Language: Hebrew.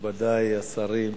מכובדי השרים,